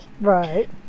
Right